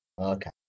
Okay